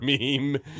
meme